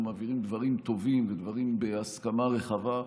מעבירים דברים טובים ודברים בהסכמה רחבה.